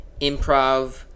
improv